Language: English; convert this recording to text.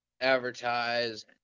advertise